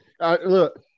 Look